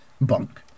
bunk